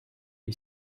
lui